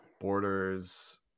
borders